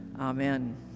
amen